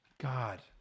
God